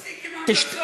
תפסיק עם ההמלצות.